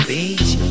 Beach